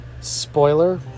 spoiler